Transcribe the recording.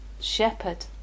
shepherd